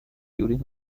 during